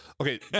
okay